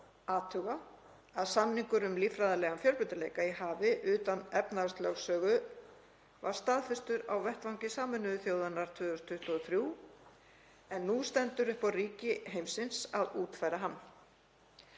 athuga að samningur um líffræðilegan fjölbreytileika í hafinu utan efnahagslögsögu var staðfestur á vettvangi Sameinuðu þjóðanna 2023 en nú stendur upp á ríki heimsins að útfæra hann.